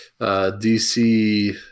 DC